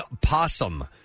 possum